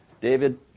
David